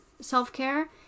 self-care